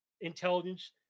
intelligence